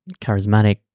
charismatic